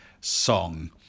song